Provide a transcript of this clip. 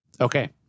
Okay